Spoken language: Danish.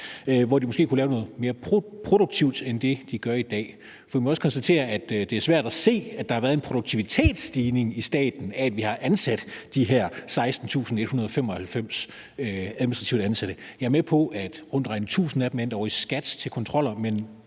hvor de måske kunne lave noget mere produktivt end det, de laver i dag. For man må også indrømme, at det er svært at se, at der har været en produktivitetsstigning i staten af, at vi har ansat de her 16.195 administrative ansatte. Jeg er med på, at rundt regnet 1.000 af dem er endt i skattevæsenet til kontroller,